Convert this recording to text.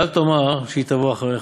ואל תאמר שהיא תבוא אחריך,